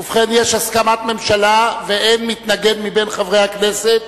ובכן, יש הסכמת ממשלה ואין מתנגד מבין חברי הכנסת.